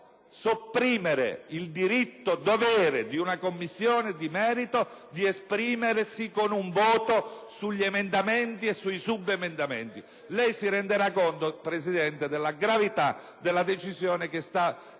può sopprimere il diritto‑dovere di una Commissione di merito di esprimersi con un voto sugli emendamenti e sui subemendamenti. Lei si renderà conto, signor Presidente, della gravità della decisione che ha assunto